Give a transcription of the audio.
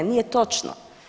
Nije točno.